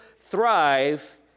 thrive